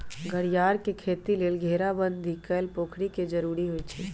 घरियार के खेती लेल घेराबंदी कएल पोखरि के जरूरी होइ छै